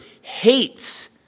hates